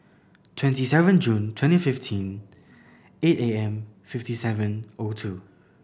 twenty seven June twenty fifteen eight A M fifty seven O two